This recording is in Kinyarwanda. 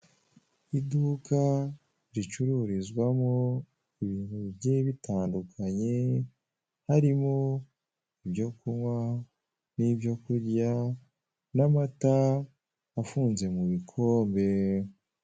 Iduka ricururizwamo ibintu bigiye bitandukanye, harimo ibyo kunywa n'ibyo kurya n'amata afunze mu bikombe.